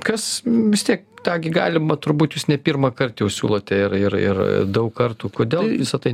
kas vis tiek tą gi galima turbūt jūs ne pirmąkart jau siūlote ir ir ir daug kartų kodėl visa tai